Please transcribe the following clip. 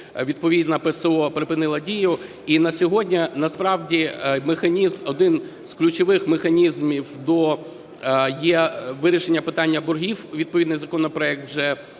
відповідно ПСО припинило дію, і на сьогодні насправді один з ключових механізмів є вирішення питання боргів. Відповідний законопроект вже в